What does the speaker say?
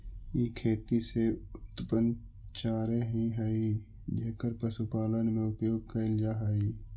ई खेती से उत्पन्न चारे ही हई जेकर पशुपालन में उपयोग कैल जा हई